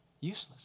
Useless